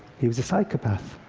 he was a psychopath.